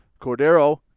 cordero